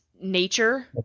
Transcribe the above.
nature